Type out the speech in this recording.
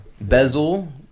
Bezel